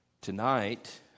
Tonight